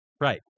Right